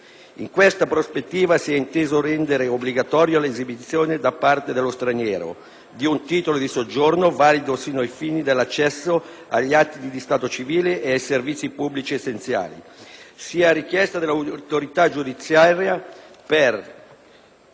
In questa prospettiva, si è inteso rendere obbligatoria l'esibizione, da parte dello straniero, di un titolo di soggiorno valido sia ai fini dell'accesso agli atti di stato civile e ai servizi pubblici essenziali, sia - a richiesta dell'autorità giudiziaria - per